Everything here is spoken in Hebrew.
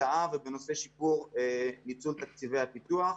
האב ובנושא שיפור ניצול תקציבי הפיתוח.